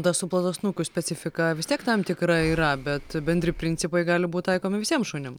ta suplotasnukių specifika vis tiek tam tikra yra bet bendri principai gali būti taikomi visiems šunims